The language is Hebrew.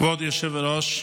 כבוד היושב-ראש,